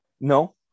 No